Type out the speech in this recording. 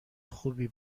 خوبی